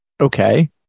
okay